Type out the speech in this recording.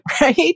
right